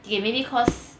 okay maybe cause